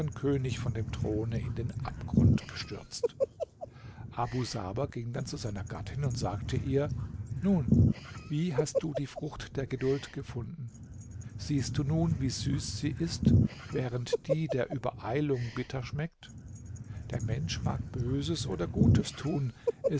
könig von dem throne in den abgrund gestürzt abu saber ging dann zu seiner gattin und sagte ihr nun wie hast du die frucht der geduld gefunden siehst du nun wie süß sie ist während die der übereilung bitter schmeckt der mensch mag böses oder gutes tun